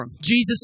Jesus